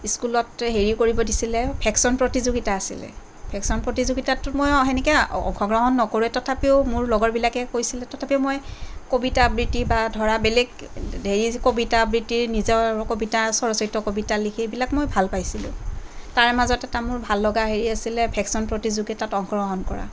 স্কুলত হেৰি কৰিব দিছিলে ভেকচন প্ৰতিযোগিতা আছিলে ভেকচন প্ৰতিযোগিতাতটো মই সেনেকে আৰু অংশগ্ৰহণ নকৰোঁৱে তথাপিও মোৰ লগৰবিলাকে কৈছিলে তথাপিও মই কবিতা আবৃত্তি বা ধৰা বেলেগ হেৰি কবিতা আবৃত্তি নিজৰ কবিতা স্বৰচিত কবিতা লিখি এইবিলাক মই ভাল পাইছিলোঁ তাৰে মাজতে মোৰ ভাল লগা হেৰি আছিলে ভেকচন প্ৰতিযোগিতাত অংশগ্ৰহণ কৰা